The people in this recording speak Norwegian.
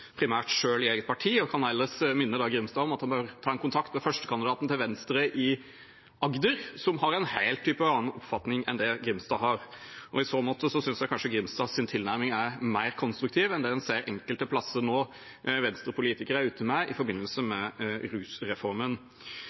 kan ellers minne Grimstad om at han bør ta kontakt med førstekandidaten til Venstre i Agder, som har en helt annen type oppfatning enn det Grimstad har. I så måte synes jeg kanskje Grimstads tilnærming er mer konstruktiv enn det en ser Venstre-politikere enkelte plasser nå er ute med i forbindelse med rusreformen.